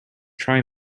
try